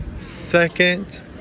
second